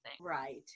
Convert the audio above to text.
Right